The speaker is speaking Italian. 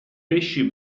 pesci